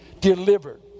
delivered